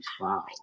wow